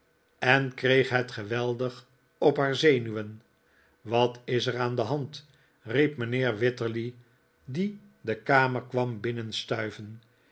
en kreeg het geweldig op haar zenuwen wat is er aan de hand riep mijnheer wititterly die de kamer kwam